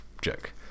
joke